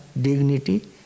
dignity